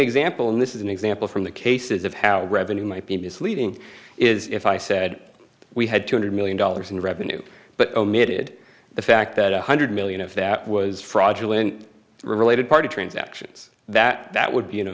example in this is an example from the cases of how revenue might be misleading is if i said we had two hundred million dollars in revenue but omitted the fact that one hundred million of that was fraudulent related party transactions that that would be an